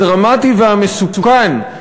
הדרמטי והמסוכן,